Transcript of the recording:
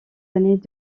années